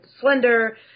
Slender